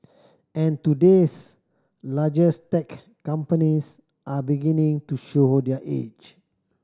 and today's largest tech companies are beginning to show their age